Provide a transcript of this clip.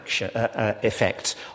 effect